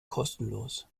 kostenlos